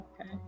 Okay